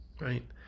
right